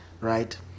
right